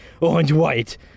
orange-white